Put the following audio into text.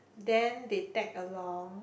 then they tag along